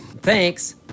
Thanks